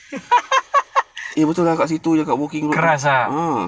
keras ah